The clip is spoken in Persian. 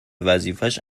وظیفهش